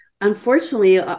Unfortunately